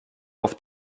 auf